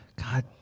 god